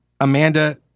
Amanda